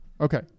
Okay